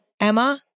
Emma